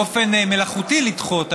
באופן מלאכותי לדחות,